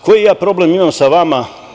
Koji ja problem imam sa vama?